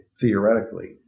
theoretically